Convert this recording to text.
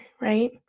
right